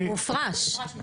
הוא הופרש.